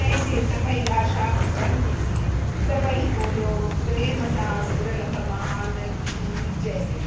तंहिंजी सभेई आशा पूरनि थींदी सभेई बोलो प्रेम सां वीरल भॻवान की जय